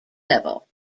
level